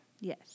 Yes